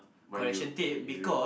but you you